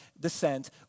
descent